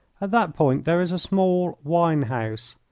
at that point there is a small wine-house,